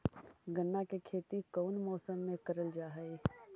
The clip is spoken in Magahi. गन्ना के खेती कोउन मौसम मे करल जा हई?